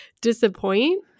disappoint